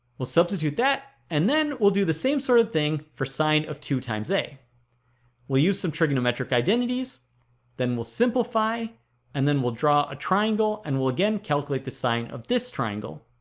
we'll substitute that and then we'll do the same sort of thing for sine of two times a we'll use some trigonometric identities then we'll simplify and then we'll draw a triangle and we'll again calculate the sine of this triangle